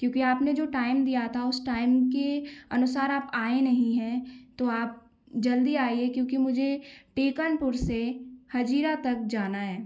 क्योंकि आपने जो टाइम दिया था उस टाइम के अनुसार आप आए नहीं हैं तो आप जल्दी आइए क्योंकि मुझे टिकनपुर से हजीरा तक जाना है